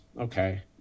Okay